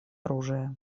оружия